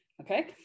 Okay